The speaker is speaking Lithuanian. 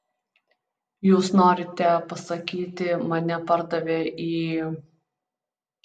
jūs norite pasakyti mane pardavė į